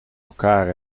elkaar